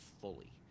fully